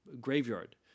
graveyard